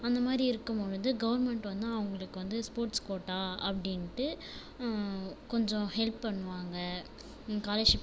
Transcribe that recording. அந்தமாதிரி இருக்கும் பொழுது கவர்மெண்ட் வந்து அவங்களுக்கு வந்து ஸ்போர்ட்ஸ் கோட்டா அப்படின்ட்டு கொஞ்சம் ஹெல்ப் பண்ணுவாங்கள் ஸ்காலர்ஷிப்